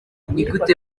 nigute